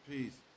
Peace